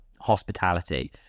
hospitality